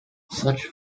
such